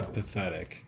pathetic